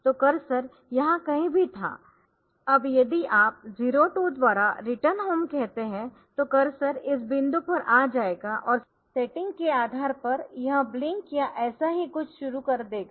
तो कर्सर यहां कहीं भी था अब यदि आप 02 द्वारा रिटर्न होम कहते है तो कर्सर इस बिंदु पर आ जाएगा और सेटिंग के आधार पर यह ब्लिंक या ऐसा ही कुछ शुरू कर देगा